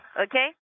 Okay